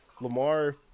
Lamar